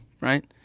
right